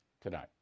tonight